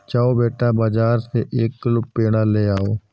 जाओ बेटा, बाजार से एक किलो पेड़ा ले आओ